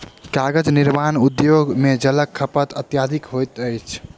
कागज निर्माण उद्योग मे जलक खपत अत्यधिक होइत अछि